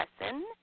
lesson